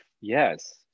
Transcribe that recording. Yes